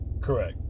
Correct